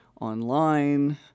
online